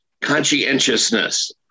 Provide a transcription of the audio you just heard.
conscientiousness